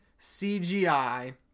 CGI